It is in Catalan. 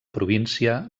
província